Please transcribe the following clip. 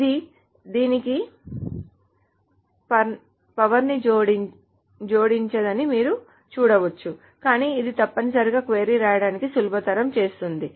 ఇది దీనికి పవర్ని జోడించదని మీరు చూడవచ్చు కాని ఇది తప్పనిసరిగా క్వరీ రాయడాన్ని సులభతరం చేస్తుంది